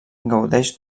gaudeix